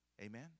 Amen